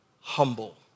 humble